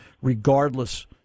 regardless